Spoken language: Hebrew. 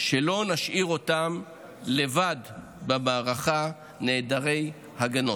שלא נשאיר אותם לבד במערכה חסרי הגנות.